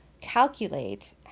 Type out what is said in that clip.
calculate